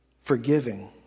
Forgiving